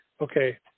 Okay